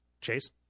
Chase